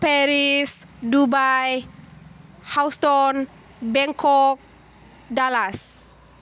Paris Dubai Houston Bangkok Dallas